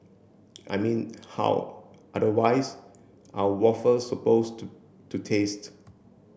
I mean how otherwise are waffles supposed to taste